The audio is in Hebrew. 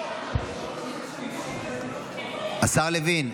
השר לוין,